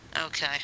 Okay